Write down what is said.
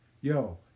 Yo